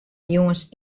jûns